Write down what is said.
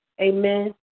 Amen